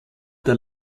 der